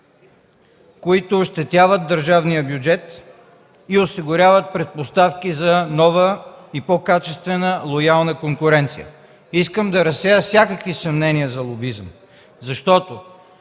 които ощетяват държавния бюджет и осигуряват предпоставки за нова и по-качествена лоялна конкуренция. Искам да разсея всякакви съмнения за лобизъм, защото